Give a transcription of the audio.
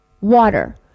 water